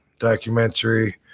documentary